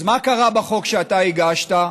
אז מה קרה בחוק שאתה הגשת?